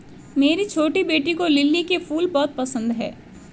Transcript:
मेरी छोटी बेटी को लिली के फूल बहुत पसंद है